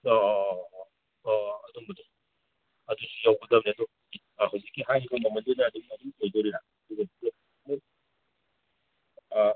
ꯑꯣ ꯑꯣ ꯑꯣ ꯑꯣ ꯑꯣ ꯑꯣ ꯑꯣ ꯑꯗꯨꯝꯕꯗꯣ ꯑꯗꯨꯁꯨ ꯌꯧꯒꯗꯝꯅꯦ ꯑꯗꯨ ꯍꯧꯖꯤꯛꯀꯤ ꯍꯥꯏꯔꯤꯕ ꯃꯃꯟꯗꯨꯅ ꯑꯗꯨꯝ ꯄꯨꯗꯣꯔꯤꯔ ꯑꯥ